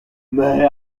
mais